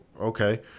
okay